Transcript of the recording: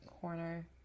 corner